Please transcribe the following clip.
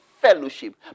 fellowship